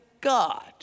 God